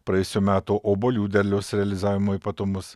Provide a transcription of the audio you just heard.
praėjusių metų obuolių derliaus realizavimo ypatumus